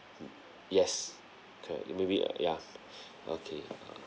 yes correct maybe ya okay